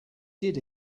did